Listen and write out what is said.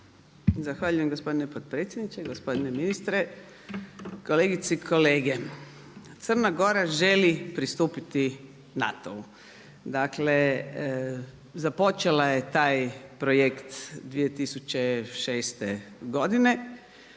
Zahvaljujem gospodine potpredsjedniče, gospodine ministre, kolegice i kolege. Crna Gora želi pristupiti NATO-u, dakle započela je taj projekt 2006. godine